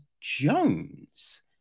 Jones